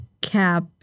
Cap